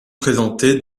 présentés